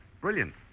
Brilliant